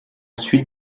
suite